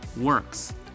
works